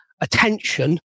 attention